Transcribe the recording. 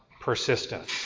persistence